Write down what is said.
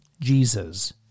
Jesus